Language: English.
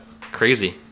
crazy